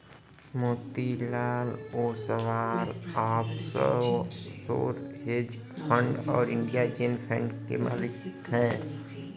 Motilal Oswal offshore hedge fund और India Zen fund के मालिक हैं